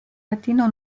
latino